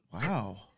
wow